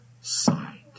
side